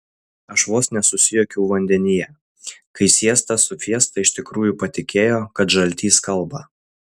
aš vos nesusijuokiau vandenyje kai siesta su fiesta iš tikrųjų patikėjo kad žaltys kalba